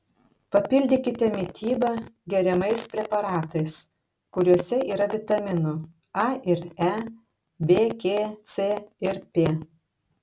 papildykite mitybą geriamais preparatais kuriuose yra vitaminų a ir e b k c ir p